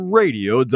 radio